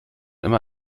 immer